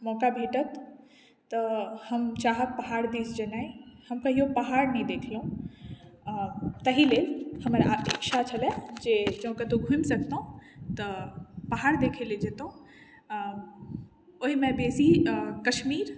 मौका भेटत तऽ हम चाहब पहाड़ दिस जेनाइ हम कहियौ पहाड़ नहि देखलहुँ आ ताहि लेल हमरा इच्छा छलै जे जँ कतौ घुमि सकितहुँ तऽ पहाड़ देखै लए जैतहुँ ओहिमे बेसी कश्मीर